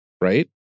right